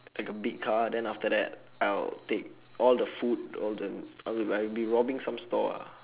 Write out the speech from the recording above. like a big car then after that I'll take all the food all the I would I'll be robbing some store ah